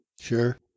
Sure